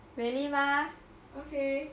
really mah